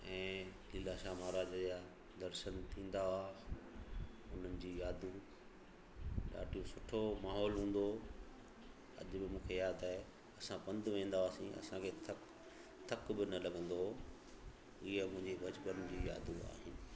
ऐं लीलाशाह महाराज जा दर्शन थींदा हुआ उन्हनि जी यादूं ॾाढियूं सुठो माहौल हूंदो हुओ अॼ बि मूंखे यादि आहे असां पंधु वेंदा हुआसीं असांखे धप धक बि न लॻंदो हुओ इहे मुंहिंजी बचपन जी यादूं आहिनि